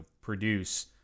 produce